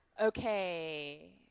Okay